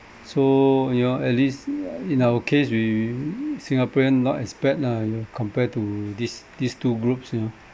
so you know at least in our case we singaporean not as bad lah compared to these these two groups you know